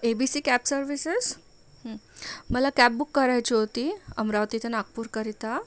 ABC cab services हं मला cab book करायची होती अमरावती ते नागपूरकरीता